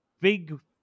big